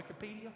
Wikipedia